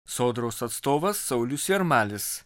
sodros atstovas saulius jarmalis